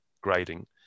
grading